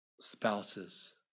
spouses